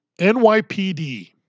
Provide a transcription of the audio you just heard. NYPD